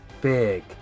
big